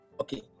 Okay